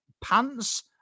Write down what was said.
pants